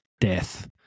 death